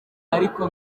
ariko